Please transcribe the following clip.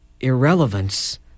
irrelevance